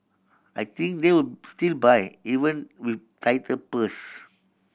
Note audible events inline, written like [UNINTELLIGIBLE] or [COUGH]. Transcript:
I think they will [UNINTELLIGIBLE] still buy even with tighter purse